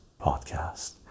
podcast